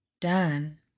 Done